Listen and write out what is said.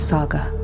Saga